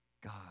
God